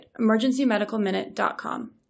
emergencymedicalminute.com